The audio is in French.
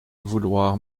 vouloir